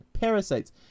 Parasites